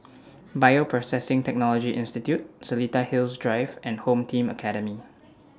Bioprocessing Technology Institute Seletar Hills Drive and Home Team Academy